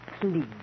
Please